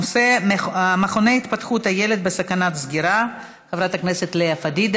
הנושא: מכוני התפתחות הילד בסכנת סגירה, מס' 8948,